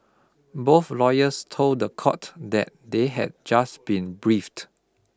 both lawyers told the court that they had just been briefed